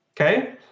okay